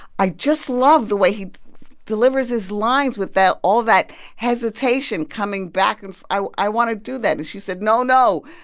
i just love the way he delivers his lines with that all that hesitation, coming back and i i want to do that. and she said, no. no,